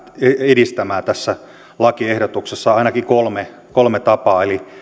edistämään tässä lakiehdotuksessa ainakin kolme kolme tapaa